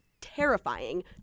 terrifying